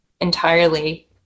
entirely